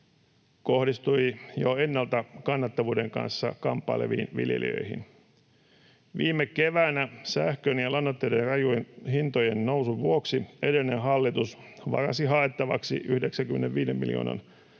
kohdistui jo ennalta kannattavuuden kanssa kamppaileviin viljelijöihin. Viime keväänä sähkön ja lannoitteiden hintojen rajun nousun vuoksi edellinen hallitus varasi haettavaksi 95 miljoonan